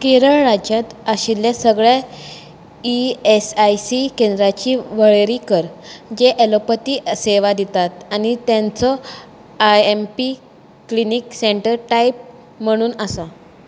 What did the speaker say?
केरळ राज्यांत आशिल्ल्या सगळ्या ई एस आय सी केंद्रांची वळेरी कर जे ॲलोपथी सेवा दितात आनी तेंचो I M P clinic centre type म्हणून आसा